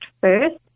first